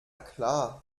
klar